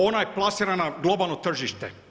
Ona je plasirana na globalno tržište.